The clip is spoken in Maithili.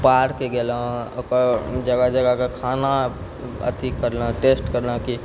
पार्क गेलहुँ ओकर जगह जगहके खाना अथी करलहुँ टेस्ट करलहुँ कि